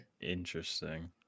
Interesting